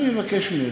אני מבקש ממך,